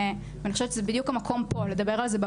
ואני חושבת שפה בוועדה זה בדיוק המקום לדבר על זה.